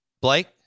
Blake